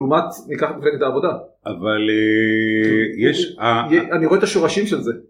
לעומת, ניקח את מפלגת העבודה, אבל...יש אה..אני רואה את השורשים של זה.